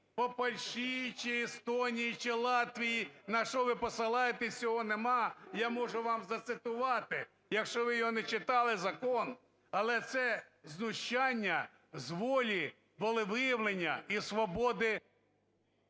по Польщі чи Естонії, чи Латвії, на що ви посилаєтеся, цього нема, я можу вам зацитувати, якщо ви його не читали, закон. Але це знущання з волі, волевиявлення і свободи…